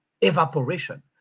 evaporation